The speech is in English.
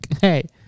Hey